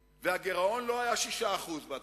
והגירעון לא היה 6% בהתחלה.